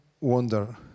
wonder